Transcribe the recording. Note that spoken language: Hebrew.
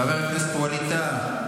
חבר הכנסת ווליד טאהא,